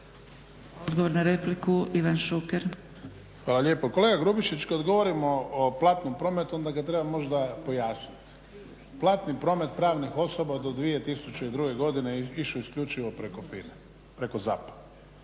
Odgovor na repliku Ivan Šuker. **Šuker, Ivan (HDZ)** Hvala lijepo. Kolega Grubišić kada govorimo o platnom prometu onda ga treba možda pojasniti. Platni promet pravnih osoba do 2002. godine je išao isključivo preko FINA-e,